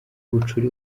bucura